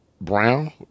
Brown